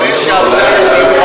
בוא נשמע.